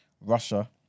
Russia